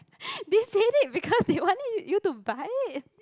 they said it because they wanted you to buy it